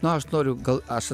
na aš noriu gal aš